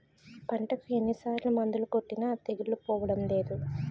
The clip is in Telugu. పంటకు ఎన్ని సార్లు మందులు కొట్టినా తెగులు పోవడం లేదు